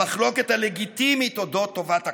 המחלוקת הלגיטימית על אודות טובת הכלל.